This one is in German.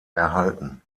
erhalten